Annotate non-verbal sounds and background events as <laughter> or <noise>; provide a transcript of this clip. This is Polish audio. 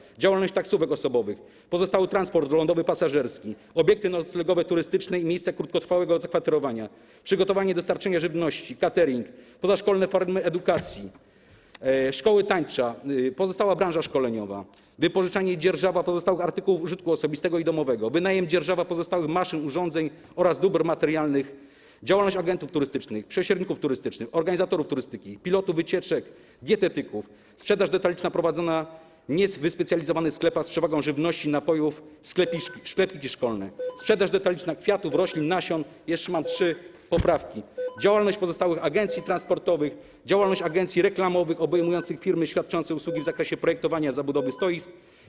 Chodzi o: działalność taksówek osobowych, pozostały transport lądowy pasażerski, obiekty noclegowe turystyczne i miejsca krótkotrwałego zakwaterowania, przygotowywanie i dostarczanie żywności, katering, pozaszkolne formy edukacji, szkoły tańca, pozostałą branżę szkoleniową, wypożyczanie i dzierżawę pozostałych artykułów użytku osobistego i domowego, wynajem i dzierżawę pozostałych maszyn, urządzeń oraz dóbr materialnych, działalność agentów turystycznych, pośredników turystycznych, organizatorów turystyki, pilotów wycieczek, dietetyków, sprzedaż detaliczną prowadzoną w niewyspecjalizowanych sklepach z przewagą żywności, napojów, sklepiki szkolne, <noise> sprzedaż detaliczną kwiatów, roślin, nasion - jeszcze pozostały trzy poprawki - działalność pozostałych agencji transportowych, działalność agencji reklamowych obejmującą firmy świadczące usługi w zakresie projektowania zabudowy stoisk.